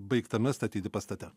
baigtame statyti pastate